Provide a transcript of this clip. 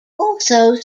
also